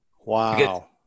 Wow